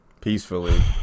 peacefully